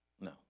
No